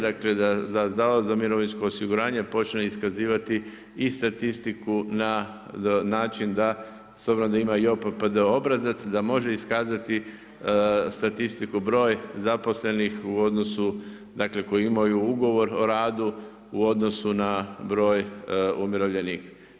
Dakle, da Zavod za mirovinsko osiguranje počne iskazivati i statistiku na način s obzirom da ima i JPPD obrazac, da može iskazati statistiku, broj zaposlenih u odnosu dakle koji imaju ugovor o radu u odnosu na broj umirovljenika.